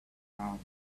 rounded